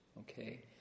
Okay